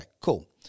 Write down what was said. Cool